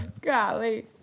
Golly